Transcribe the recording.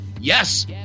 yes